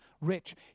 rich